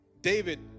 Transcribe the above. David